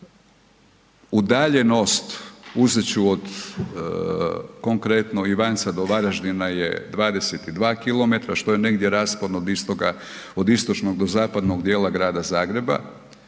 udaljenost uzet ću od konkretno Ivanca do Varaždina je 22 km što je negdje raspon od istočnog do zapadnog djela grada Zagreba